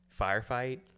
firefight